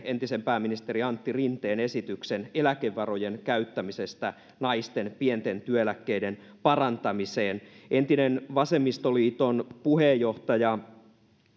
entisen pääministerin antti rinteen esityksen eläkevarojen käyttämisestä naisten pienten työeläkkeiden parantamiseen entinen vasemmistoliiton puheenjohtaja